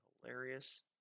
hilarious